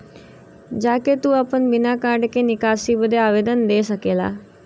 जा के तू आपन बिना कार्ड के निकासी बदे आवेदन दे सकेला